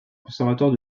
conservatoire